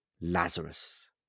Lazarus